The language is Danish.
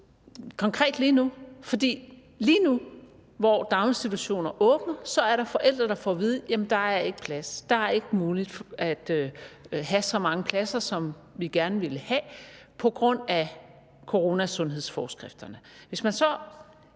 konkret lige nu. For lige nu, hvor daginstitutionerne åbner, er der forældre, der får at vide, at det ikke er muligt at have plads til så mange børn, som de gerne ville have, på grund af coronasundhedsforeskrifterne. Hvis man i